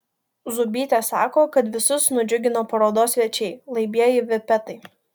zūbytė sako kad visus nudžiugino parodos svečiai laibieji vipetai